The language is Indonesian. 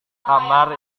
kamar